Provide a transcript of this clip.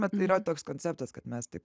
bet yra toks konceptas kad mes tik